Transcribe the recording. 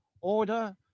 order